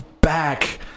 back